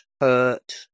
hurt